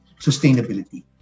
sustainability